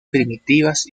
primitivas